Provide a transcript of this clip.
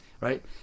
right